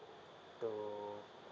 to